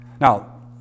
now